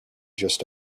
just